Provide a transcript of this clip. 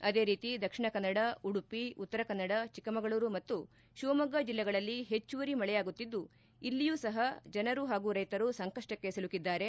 ಅದೇ ರೀತಿ ದಕ್ಷಿಣ ಕನ್ನಡ ಉಡುಪಿ ಉತ್ತರ ಕನ್ನಡ ಚಿಕ್ಕಮಗಳೂರು ಮತ್ತು ಶಿವಮೊಗ್ಗ ಜಿಲ್ಲೆಗಳಲ್ಲಿ ಹೆಚ್ಚುವರಿ ಮಳೆಯಾಗುತ್ತಿದ್ದು ಇಲ್ಲಿಯೂ ಸಹ ಜನರು ಹಾಗೂ ರೈತರು ಸಂಕಷ್ಟಕ್ಕೆ ಸಿಲುಕಿದ್ದಾರೆ